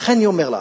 ולכן אני אומר לך,